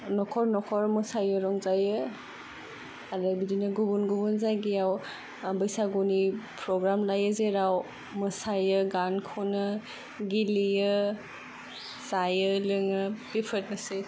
न'खर न'खर मोसायो रंजायो आरो बिदिनो गुबुन गुबुन जायगायाव बैसागुनि प्रग्राम लायो जेराव मोसायो गान खनो गेलेयो जायो लोङो बेफोरनोसै